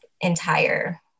entire